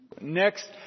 next